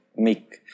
make